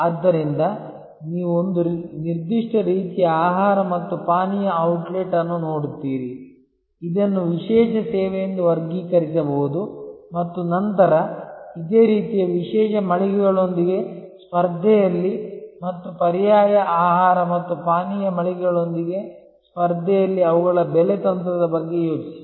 ಆದ್ದರಿಂದ ನೀವು ಒಂದು ನಿರ್ದಿಷ್ಟ ರೀತಿಯ ಆಹಾರ ಮತ್ತು ಪಾನೀಯ ಔಟ್ಲೆಟ್ ಅನ್ನು ನೋಡುತ್ತೀರಿ ಇದನ್ನು ವಿಶೇಷ ಸೇವೆಯೆಂದು ವರ್ಗೀಕರಿಸಬಹುದು ಮತ್ತು ನಂತರ ಇದೇ ರೀತಿಯ ವಿಶೇಷ ಮಳಿಗೆಗಳೊಂದಿಗೆ ಸ್ಪರ್ಧೆಯಲ್ಲಿ ಮತ್ತು ಪರ್ಯಾಯ ಆಹಾರ ಮತ್ತು ಪಾನೀಯ ಮಳಿಗೆಗಳೊಂದಿಗೆ ಸ್ಪರ್ಧೆಯಲ್ಲಿ ಅವುಗಳ ಬೆಲೆ ತಂತ್ರದ ಬಗ್ಗೆ ಯೋಚಿಸಿ